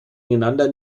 gegeneinander